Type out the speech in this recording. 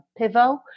Pivo